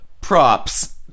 props